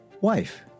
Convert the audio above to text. wife